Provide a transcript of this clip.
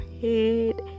head